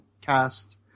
cast